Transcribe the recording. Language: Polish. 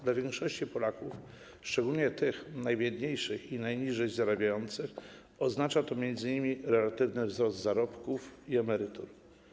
Dla większości Polaków, szczególnie tych najbiedniejszych i najmniej zarabiających, oznacza to m.in. relatywny wzrost zarobków i emerytur.